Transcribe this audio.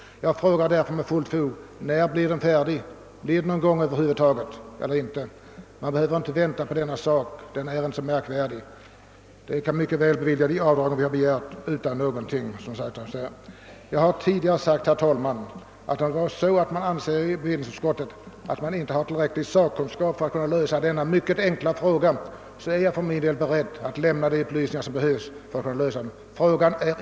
Jag anser mig därför med fullt fog kunna fråga: När blir utredningen färdig? Blir den färdig någon gång över huvud taget? Man behöver inte vänta med att besluta i denna sak, den är som sagt inte så märkvärdig. De avdrag vi har begärt kan mycket väl beviljas. Jag har tidigare sagt, herr talman, att om man i bevillningsutskottet inte anser sig ha tillräcklig sakkunskap för att kunna lösa denna mycket enkla fråga, är jag beredd att lämna de upplysningar som behövs.